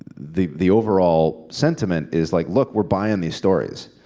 the the overall sentiment is, like, look, we're buying these stories.